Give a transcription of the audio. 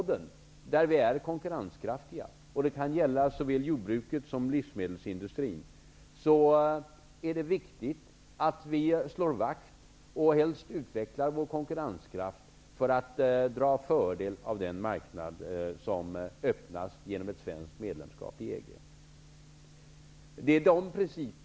Det är viktigt att vi slår vakt om och helst utvecklar vår konkurrenskraft på de områden där vi är konkurrenskraftiga, för att dra fördel av den marknad som öppnas genom ett svenskt medlemskap i EG. Det kan gälla såväl jordbruket som livsmedelsindustrin.